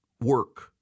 work